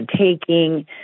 taking